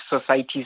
societies